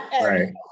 Right